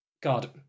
God